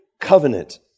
covenant